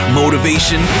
motivation